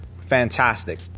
fantastic